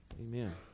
Amen